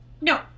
No